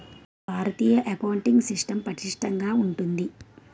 భారతీయ accounting system పటిష్టంగా ఉంటుంది